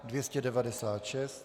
296.